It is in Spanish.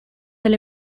del